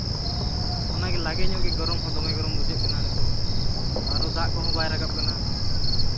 ᱚᱱᱟᱜᱮ ᱞᱟᱜᱮ ᱧᱚᱜ ᱜᱮ ᱜᱚᱨᱚᱢ ᱦᱚᱸ ᱫᱚᱢᱮ ᱜᱚᱨᱚᱢ ᱵᱩᱡᱷᱟᱹᱜ ᱠᱟᱱᱟ ᱱᱤᱛᱚᱜ ᱟᱨᱚ ᱫᱟᱜ ᱠᱚᱦᱚᱸ ᱵᱟᱭ ᱨᱟᱠᱟᱵ ᱠᱟᱱᱟ